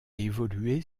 évolué